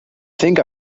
think